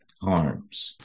harms